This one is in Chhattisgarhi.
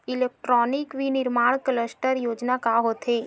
इलेक्ट्रॉनिक विनीर्माण क्लस्टर योजना का होथे?